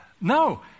No